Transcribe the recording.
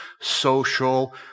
social